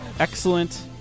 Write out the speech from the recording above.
Excellent